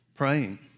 praying